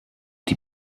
die